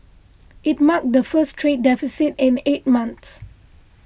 it marked the first trade deficit in eight months